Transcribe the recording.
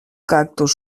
cactus